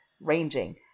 ranging